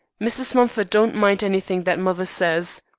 mrs. mumford, don't mind anything that mother says